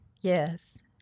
Yes